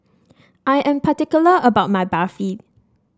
I am particular about my Barfi